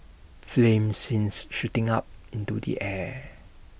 flames seen shooting up into the air